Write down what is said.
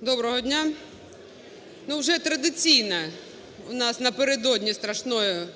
Доброго дня! Ну, вже традиційно у нас напередодні страшної